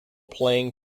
playing